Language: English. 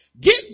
Get